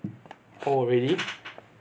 oh really